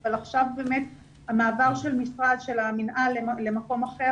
אבל עכשיו באמת המעבר של המינהל למקום אחר